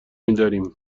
میداریم